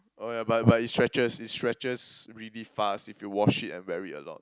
oh yeah but but it stretches it stretches really fast if you wash it and wear it a lot